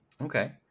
Okay